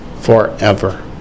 forever